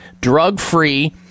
drug-free